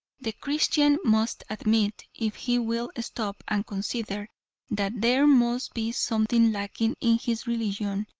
the christian must admit, if he will stop and consider, that there must be something lacking in his religion,